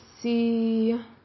see